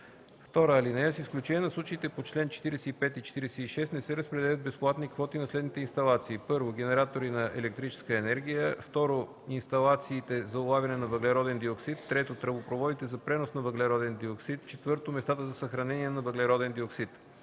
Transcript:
комисия. (2) С изключение на случаите по чл. 45 и 46 не се разпределят безплатни квоти на следните инсталации: 1. генератори на електрическа енергия; 2. инсталациите за улавяне на въглероден диоксид; 3. тръбопроводите за пренос на въглероден диоксид; 4. местата за съхранение на въглероден диоксид.